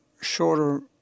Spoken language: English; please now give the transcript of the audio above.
shorter